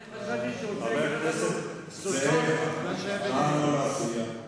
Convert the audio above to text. אני חשבתי שהוא רוצה לגלות לנו סודות על מה שהיה ביניהם.